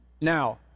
Now